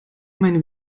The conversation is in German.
meinen